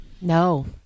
No